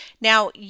Now